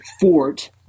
fort